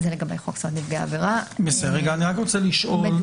אני רוצה לשאול.